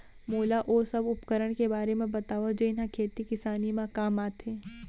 मोला ओ सब उपकरण के बारे म बतावव जेन ह खेती किसानी म काम आथे?